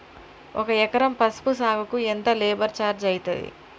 ఒక ఎకరం పసుపు సాగుకు ఎంత లేబర్ ఛార్జ్ అయితది?